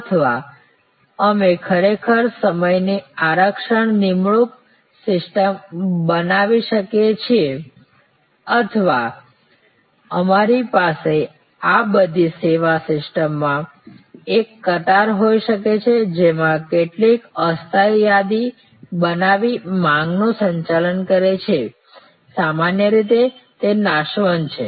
અથવા અમે ખરેખર સમયની આરક્ષણ નિમણૂક સિસ્ટમ બનાવી શકીએ છીએ અથવા અમારી પાસે આ બધી સેવા સિસ્ટમમાં એક કતાર હોઈ શકે છે જેમાં કેટલીક અસ્થાયી યાદી બનાવી માંગનું સંચાલન કરે છે સામાન્ય રીતે તે નાશવંત છે